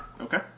Okay